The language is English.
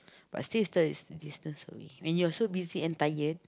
but still st~ distance away when you're so buys and tired